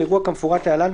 באירוע כמפורט להלן,